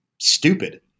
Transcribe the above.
stupid